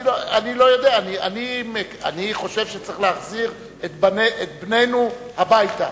אני חושב שצריך להחזיר את בננו הביתה.